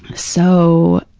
so,